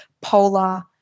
Polar